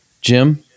Jim